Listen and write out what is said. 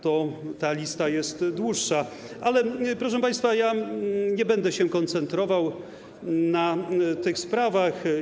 Ta lista jest dłuższa, ale proszę państwa, nie będę się koncentrował na tych sprawach.